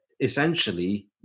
essentially